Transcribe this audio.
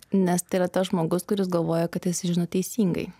nes tai yra tas žmogus kuris galvoja kad jisai žino teisingai